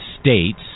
States